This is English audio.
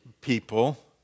people